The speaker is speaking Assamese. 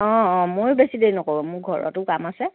অঁ অঁ মইয়ো বেছি দেৰি নকৰোঁ মোৰ ঘৰতো কাম আছে